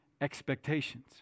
expectations